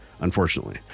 unfortunately